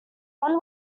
one